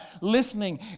listening